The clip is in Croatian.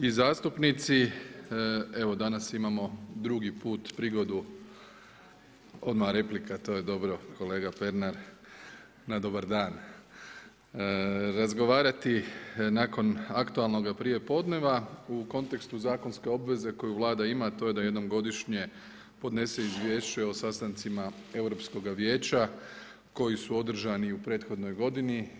i zastupnici, evo danas, imamo drugi put prigodu, odmah replika, to je dobro, kolega Pernar na dobar dan, razgovarati nakon aktualnog prijepodneva u kontekstu zakonske obveze koju Vlada ima, a to je da jednom godišnje podnese izvješće o sastancima Europskoga vijeća koji su održani u prethodnoj godini.